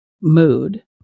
mood